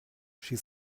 she